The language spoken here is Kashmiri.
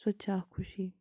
سۄ تہِ چھِ اَکھ خوشی